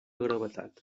gravetat